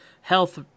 health